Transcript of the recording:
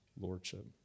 lordship